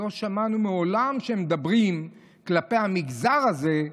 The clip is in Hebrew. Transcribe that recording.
לא שמענו מעולם שאומרים כלפי המגזר הזה,